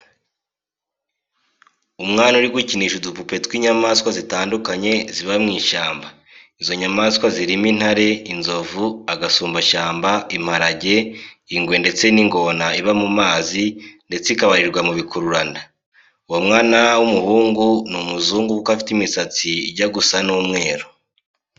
Umwna uri gukinisha udupupe tw'inyamaswa zitandukanye ziba mu ishyamba. Izo nyamaswa zirimo intare, inzovu, agasumbashyamba, imparage, ingwe ndetse n'ingona iba mu mazi ndetse iakabrirwa mu bikururanda. Uwo mwana w'umuhungu ni umuzungu kuko afite imisatsi ijya gusa n'umweru.